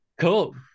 Cool